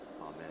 Amen